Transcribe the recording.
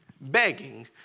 begging